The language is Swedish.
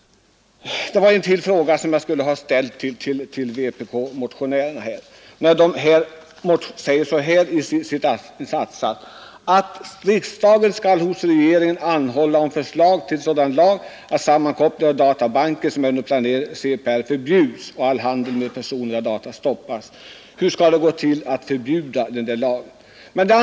Jag skulle vilja ställa några frågor till vpk-motionärerna. I motionen föreslås bl.a. ”att riksdagen hos regeringen anhåller om förslag till sådan lag att de sammankopplingar av databanker som är under planering t.ex. i CPR förbjuds och all handel med persondata stoppas”. Hur skall ett sådant förbud vara utformat? '